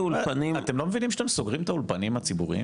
אתם לא מבינים שאתם סוגרים את האולפנים הציבוריים?